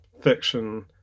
fiction